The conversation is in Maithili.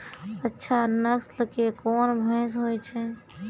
अच्छा नस्ल के कोन भैंस होय छै?